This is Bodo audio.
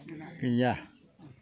गैया